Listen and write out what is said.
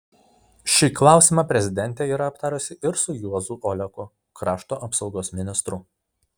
šį klausimą prezidentė yra aptarusi ir su juozu oleku krašto apsaugos ministru